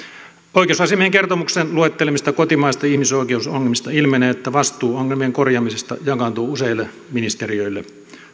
oikeusasiamiehen kertomuksen luettelemista kotimaisista ihmisoikeusongelmista ilmenee että vastuu ongelmien korjaamisesta jakaantuu useille ministeriöille